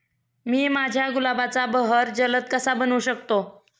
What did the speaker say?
मी माझ्या गुलाबाचा बहर जलद कसा बनवू शकतो?